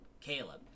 Caleb